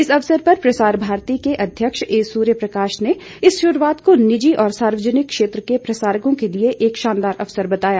इस अवसर पर प्रसार भारती के अध्यक्ष ए सूर्य प्रकाश ने इस शुरूआत को निजी और सार्वजनिक क्षेत्र के प्रसारकों के लिए एक शानदार अवसर बताया